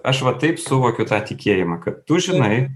aš va taip suvokiu tą tikėjimą kad tu žinai